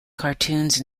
cartoons